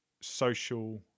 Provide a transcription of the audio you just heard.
social